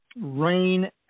Rain